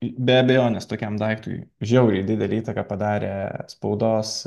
be abejonės tokiam daiktui žiauriai didelę įtaką padarė spaudos